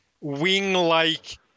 wing-like